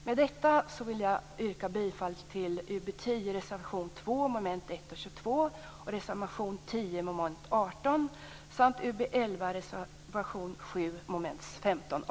Med detta yrkar jag bifall till reservation 2 under mom. 1 och 22 och reservation 10 under mom. 18 i